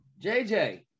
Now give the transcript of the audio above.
JJ